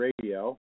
Radio